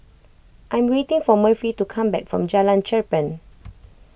I am waiting for Murphy to come back from Jalan Cherpen